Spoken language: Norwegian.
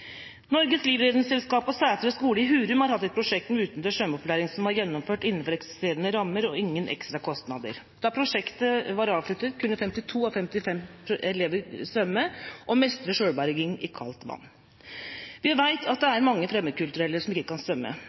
Norges Livredningsselskap på Sætre skole i Hurum har hatt et prosjekt med utendørs svømmeopplæring som er gjennomført innenfor eksisterende rammer – ingen ekstra kostnader. Da prosjektet var avsluttet, kunne 52 av 55 elever svømme og mestre selvberging i kaldt vann. Vi vet at det er mange fremmedkulturelle som ikke kan